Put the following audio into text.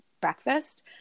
breakfast –